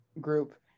group